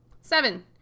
Seven